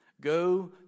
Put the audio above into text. Go